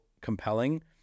compelling